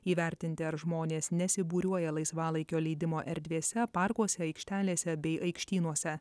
įvertinti ar žmonės nesibūriuoja laisvalaikio leidimo erdvėse parkuose aikštelėse bei aikštynuose